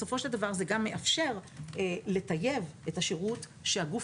בסופו של דבר זה גם מאפשר לטייב את השירות שהגוף